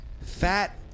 Fat